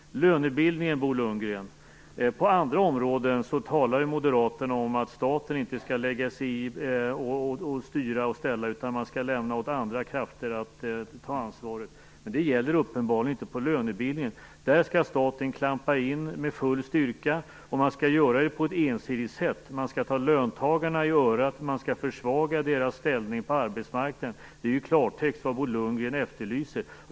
Bo Lundgren talade om lönebildningen. På andra områden talar ju moderaterna om att staten inte skall lägga sig i och styra och ställa, utan man skall lämna till andra krafter att ta ansvar. Men det gäller uppenbarligen inte lönebildningen. Där skall staten klampa in med full styrka och man skall göra det på ett ensidigt sätt: Man skall ta löntagarna i örat och försvaga deras ställning på arbetsmarknaden. Detta är i klartext vad Bo Lundgren efterlyser.